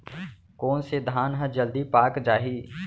कोन से धान ह जलदी पाक जाही?